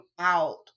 out